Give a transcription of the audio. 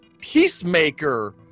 peacemaker